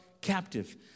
captive